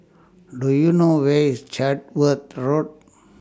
Do YOU know Where IS Chatsworth Road